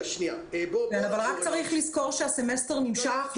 רק צריך לזכור שהסמסטר נמשך,